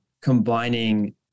combining